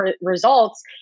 results